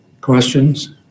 Questions